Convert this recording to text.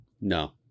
No